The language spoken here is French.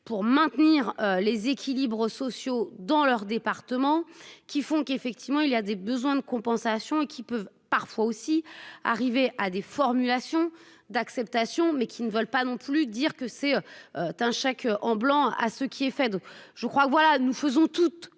pour maintenir les équilibres sociaux dans leur département qui font qu'effectivement il y a des besoins de compensation et qui peut parfois aussi arriver à des formulations d'acceptation mais qui ne veulent pas non plus dire que c'est. Un chèque en blanc à ce qui est fait, je crois. Voilà, nous faisons toutes